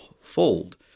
fold